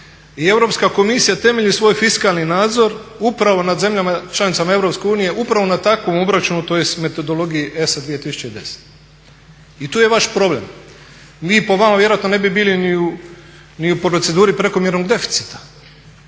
i Europska komisija temelji svoj fiskalni nadzor upravo nad zemljama članicama EU upravo na takvom obračunu tj. metodologiji ESA 2010. I tu je vaš problem. Mi po vama vjerojatno ne bi bili ni u proceduri prekomjernog deficita,